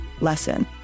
lesson